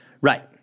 Right